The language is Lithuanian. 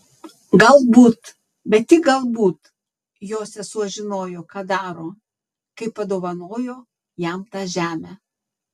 galbūt bet tik galbūt jo sesuo žinojo ką daro kai padovanojo jam tą žemę